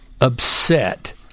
upset